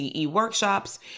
workshops